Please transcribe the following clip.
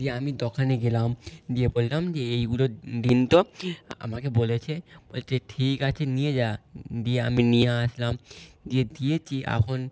দিয়ে আমি দদোকানে গেলাম গিয়ে বললাম যে এইগুলো দিন তো আমাকে বলেছে বলছে ঠিক আছে নিয়ে যা দিয়ে আমি নিয়ে আসলাম দিয়ে দিয়েছি এখন